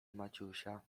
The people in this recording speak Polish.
maciusia